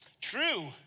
true